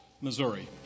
Missouri